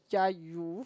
ya you